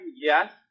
Yes